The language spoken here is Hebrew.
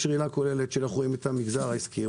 יש ראייה כוללת כשאנחנו רואים את המגזר העסקי,